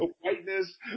whiteness